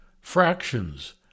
fractions